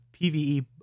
PVE